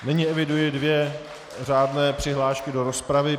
Nyní eviduji dvě řádné přihlášky do rozpravy.